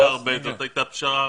זו הייתה פשרה.